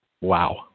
wow